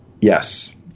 Yes